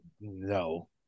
No